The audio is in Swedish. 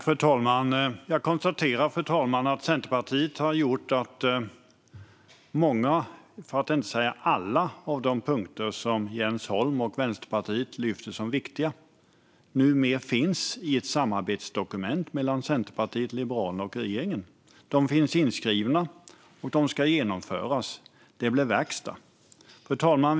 Fru talman! Jag konstaterar att Centerpartiet har gjort att många, för att inte säga alla, av de punkter som Jens Holm och Vänsterpartiet lyfter fram som viktiga numera finns i ett samarbetsdokument mellan Centerpartiet, Liberalerna och regeringen. De finns inskrivna och ska genomföras. Det blir verkstad. Fru talman!